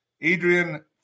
Adrian